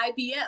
IBM